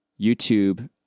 YouTube